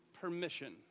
permission